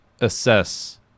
assess